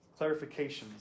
clarifications